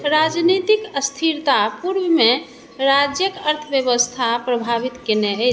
राजनीतिक स्थिरता पूर्व मे राज्यक अर्थव्यवस्था प्रभावित केने अछि